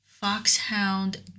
Foxhound